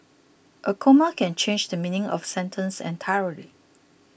a comma can change the meaning of sentence entirely